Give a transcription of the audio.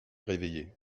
réveillé